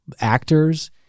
actors